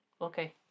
Okay